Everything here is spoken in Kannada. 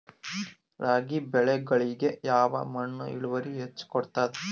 ರಾಗಿ ಬೆಳಿಗೊಳಿಗಿ ಯಾವ ಮಣ್ಣು ಇಳುವರಿ ಹೆಚ್ ಕೊಡ್ತದ?